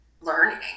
learning